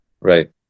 right